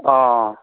অঁ